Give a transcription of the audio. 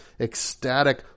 ecstatic